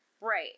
Right